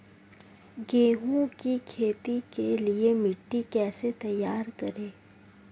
गेहूँ की खेती के लिए मिट्टी कैसे तैयार करें?